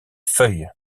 feuilles